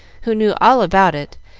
who knew all about it,